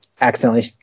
accidentally